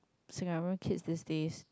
Singaporean kids these days